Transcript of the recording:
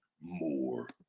more